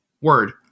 Word